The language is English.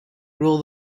rule